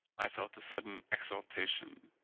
i felt a sudden exultation,